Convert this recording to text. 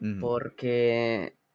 Porque